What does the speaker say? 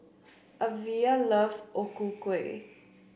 Evia loves O Ku Kueh